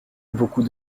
beaucoup